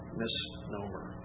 misnomer